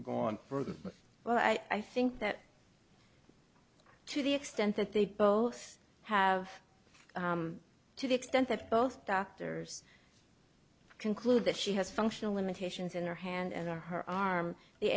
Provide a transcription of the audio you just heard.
the well i think that to the extent that they both have to the extent that both doctors conclude that she has functional limitations in her hand and on her arm the